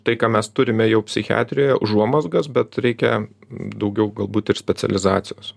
tai ką mes turime jau psichiatrijoje užuomazgas bet reikia daugiau galbūt ir specializacijos